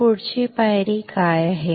तर पुढची पायरी काय आहे